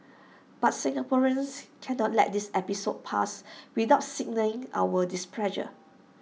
but Singaporeans cannot let this episode pass without signalling our displeasure